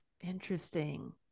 interesting